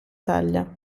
taglia